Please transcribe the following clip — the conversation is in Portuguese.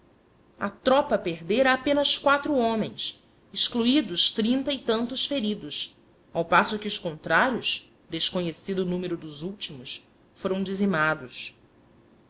a tropa perdera apenas quatro homens excluídos trinta e tantos feridos ao passo que os contrários desconhecido o número dos últimos foram dizimados